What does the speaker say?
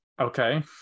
okay